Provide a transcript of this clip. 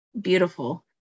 beautiful